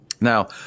Now